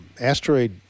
asteroid